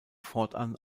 fortan